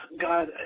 God